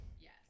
Yes